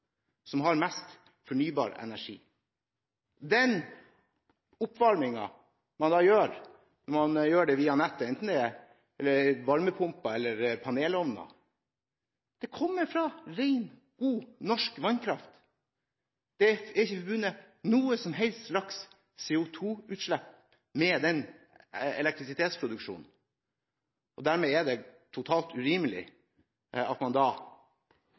som har mest fornybar energi. Den oppvarmingen man har via strømnettet – enten det er varmepumper eller panelovner – den kommer fra ren, god, norsk vannkraft. Det er ikke forbundet noe som helst slags CO2-utslipp med den elektrisitetsproduksjonen. Dermed er det totalt urimelig at man